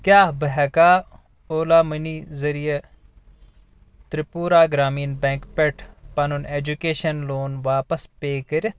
کیٛاہ بہٕ ہٮ۪کا اولا مٔنی ذٔریعہٕ تِرٛپوٗرا گرٛامیٖن بیٚنٛک پٮ۪ٹھ پَنُن ایٚجوکیشن لون واپس پے کٔرِتھ؟